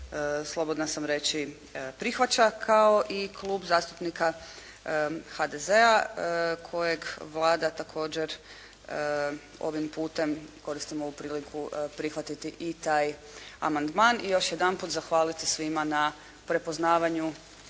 slobodna sam reći, prihvaća, kao i Klub zastupnika HDZ-a kojeg Vlada također ovim putem, koristim ovu priliku prihvatiti i taj amandman. I još jedanput zahvaliti svima na prepoznavanju